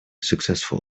successful